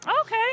Okay